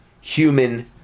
human